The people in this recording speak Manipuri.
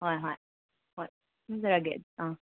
ꯍꯣꯏ ꯍꯣꯏ ꯍꯣꯏ ꯊꯝꯖꯔꯒꯦ ꯑꯥ